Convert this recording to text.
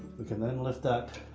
we can then lift that